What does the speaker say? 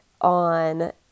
on